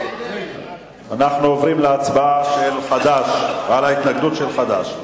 אנחנו עוברים להצבעה על ההתנגדות של חד"ש.